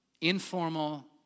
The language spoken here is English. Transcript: informal